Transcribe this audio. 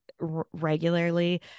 regularly